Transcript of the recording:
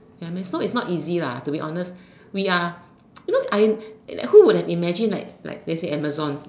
you know what I mean so it's not easy lah to be honest we are you know who would have imagine like let's say Amazon